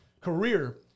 career